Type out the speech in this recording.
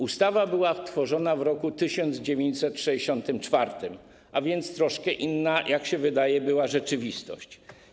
Ustawa była tworzona w roku 1964, a więc troszkę inna, jak się wydaje, była rzeczywistość.